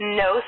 no